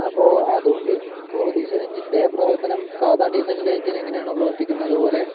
അപ്പോൾ അതുണ്ട് ഇപ്പോൾ ഡീസൽ എൻജിൻ്റെ പ്രവർത്തനം സാധാരണ ഡീസലിൻ്റെ എൻജിൻ എങ്ങനെയാണോ പ്രവർത്തിക്കുന്നത് അതുപോലെ